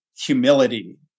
humility